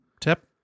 Tip